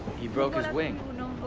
he broke his wing. no